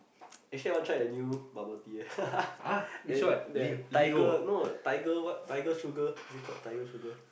actually I wanna try the new bubble tea eh the the tiger no tiger what Tiger Sugar is it called Tiger Sugar